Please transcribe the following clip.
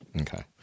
Okay